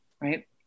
right